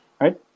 right